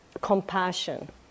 compassion